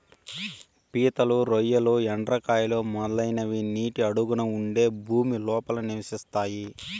పీతలు, రొయ్యలు, ఎండ్రకాయలు, మొదలైనవి నీటి అడుగున ఉండే భూమి లోపల నివసిస్తాయి